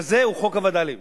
כזה הוא חוק הווד"לים.